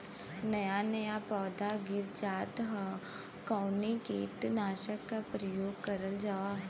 नया नया पौधा गिर जात हव कवने कीट नाशक क प्रयोग कइल जाव?